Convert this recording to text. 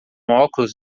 óculos